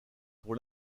pour